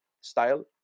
style